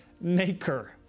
maker